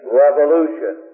revolution